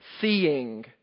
seeing